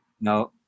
No